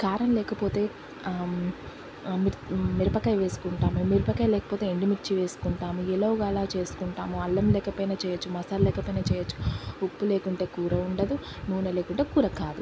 కారం లేకపోతే ఆ ఆ మిర్ మిరపకాయ వేసుకుంటాం మిరపకాయ లేకపోతే ఎండు మిర్చి వేసుకుంటాం ఎలాగోలాగా చేసుకుంటాము అల్లం లేకపోయినా చేయచ్చు మసాలా లేకపోయినా చేయచ్చు ఉప్పు లేకుంటే కూర ఉండదు నూనె లేకుంటే కూర కాదు